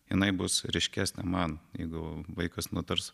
jinai bus ryškesnė man jeigu vaikas nutars